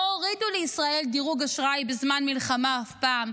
לא הורידו לישראל דירוג אשראי בזמן מלחמה אף פעם,